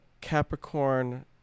Capricorn